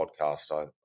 podcast